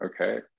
okay